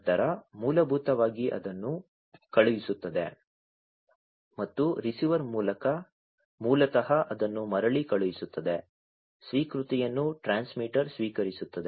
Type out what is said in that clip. ನಂತರ ಮೂಲಭೂತವಾಗಿ ಅದನ್ನು ಕಳುಹಿಸುತ್ತದೆ ಮತ್ತು ರಿಸೀವರ್ ಮೂಲತಃ ಅದನ್ನು ಮರಳಿ ಕಳುಹಿಸುತ್ತದೆ ಸ್ವೀಕೃತಿಯನ್ನು ಟ್ರಾನ್ಸ್ಮಿಟರ್ ಸ್ವೀಕರಿಸುತ್ತದೆ